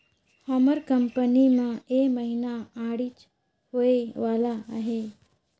हमर कंपनी में ए महिना आडिट होए वाला अहे